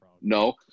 No